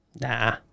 Nah